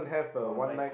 oh nice